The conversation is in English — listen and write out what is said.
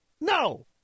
No